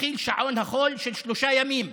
מתחיל שעון החול של שלושה ימים.